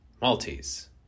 Maltese